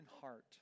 heart